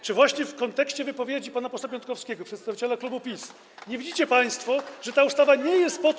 Czy właśnie w kontekście wypowiedzi pana posła Piontkowskiego, przedstawiciela klubu PiS, nie widzicie państwo, że ta ustawa nie jest po to.